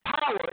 power